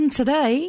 today